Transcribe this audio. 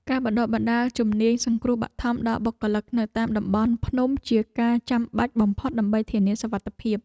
ការបណ្តុះបណ្តាលជំនាញសង្គ្រោះបឋមដល់បុគ្គលិកនៅតាមតំបន់ភ្នំជាការចាំបាច់បំផុតដើម្បីធានាសុវត្ថិភាព។